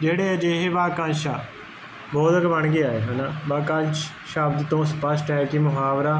ਜਿਹੜੇ ਅਜਿਹੇ ਵਾਕੰਸ਼ ਆ ਬੋਧਕ ਬਣ ਕੇ ਆਏ ਹਨਾ ਵਾਕੰਸ਼ ਸ਼ਬਦ ਤੋਂ ਸਪੱਸਟ ਹੈ ਕਿ ਮੁਹਾਵਰਾ